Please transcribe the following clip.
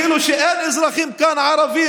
כאילו שאין כאן אזרחים ערבים,